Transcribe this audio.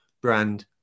Brand